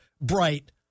bright